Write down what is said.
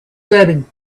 setting